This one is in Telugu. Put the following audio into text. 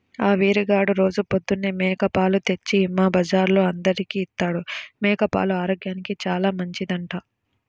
ఆ వీరిగాడు రోజూ పొద్దన్నే మేక పాలు తెచ్చి మా బజార్లో అందరికీ ఇత్తాడు, మేక పాలు ఆరోగ్యానికి చానా మంచిదంట